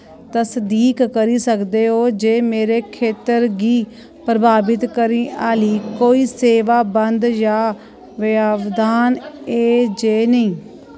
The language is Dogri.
तसदीक करी सकदे ओ जे मेरे खेतर गी प्रभावत करन आह्ली कोई सेवा बंद जां व्यवधान ऐ जां नेईं